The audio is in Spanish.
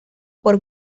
por